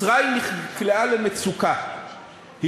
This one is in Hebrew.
מצרים נקלעה למצוקה,